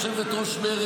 חברת הכנסת לזימי,